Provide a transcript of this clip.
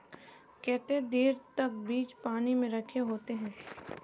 केते देर तक बीज पानी में रखे होते हैं?